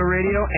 Radio